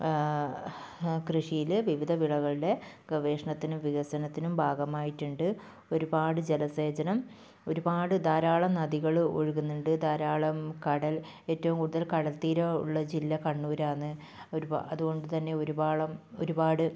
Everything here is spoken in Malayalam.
കൃഷിയിൽ വിവിധ വിളവുകളുടെ ഗവേഷണത്തിനും വികസനത്തിനും ഭാഗമായിട്ടുണ്ട് ഒരുപാട് ജലസേചനം ഒരുപാട് ധാരാളം നദികൾ ഒഴുകുന്നുണ്ട് ധാരാളം കടൽ ഏറ്റവും കൂടുതൽ കടൽത്തീരം ഉള്ള ജില്ല കണ്ണൂരാന്ന് ഒരു അതുകൊണ്ട് തന്നെ ഒരുപാളം ഒരുപാട്